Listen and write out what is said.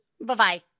Bye-bye